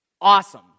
Awesome